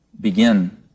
begin